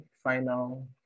Final